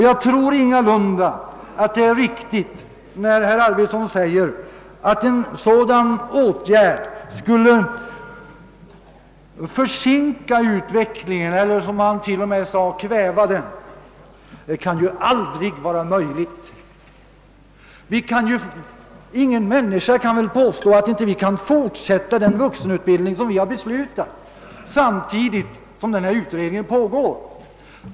Jag tror ingalunda att det är riktigt, när herr Arvidson gör gällande att en sådan åtgärd skulle försinka utvecklingen eller som han sade t.o.m. förkväva den. Ingen kan väl med fog påstå, att vi inte kan fortsätta den vuxenutbildning vi beslutat samtidigt som denna utredning pågår.